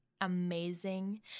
amazing